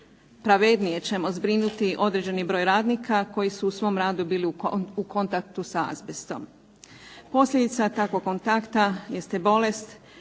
pravednije ćemo zbrinuti određeni broj radnika, koji su u svom radu bili u kontaktu sa azbestom. Posljedica takvog kontakta jeste bolest